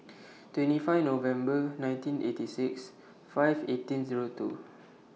twenty five November nineteen eighty six five eighteen Zero two